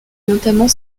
notamment